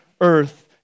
earth